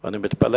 אני מתפלא